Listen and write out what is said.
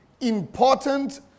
important